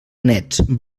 nets